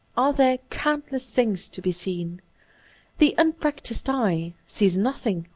are there countless things to be seen the unpractised eye sees nothing,